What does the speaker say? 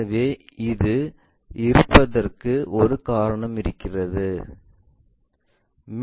எனவே இது இருப்பதற்கு ஒரு காரணம் இருக்கிறது